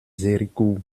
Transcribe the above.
héricourt